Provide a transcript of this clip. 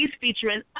featuring